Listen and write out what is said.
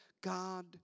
God